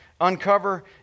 uncover